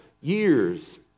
years